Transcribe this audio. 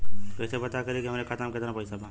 कइसे पता करि कि हमरे खाता मे कितना पैसा बा?